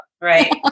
Right